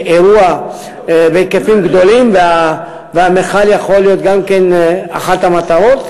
אירוע בהיקפים גדולים והמכל יכול להיות גם כן אחת המטרות.